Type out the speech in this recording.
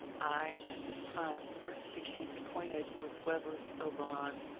i at this time first became acquainted with weber's oberon,